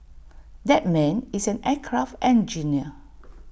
that man is an aircraft engineer